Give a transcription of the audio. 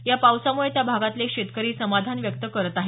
या पावसामुळे त्या भागातले शेतकरी समाधान व्यक्त करत आहे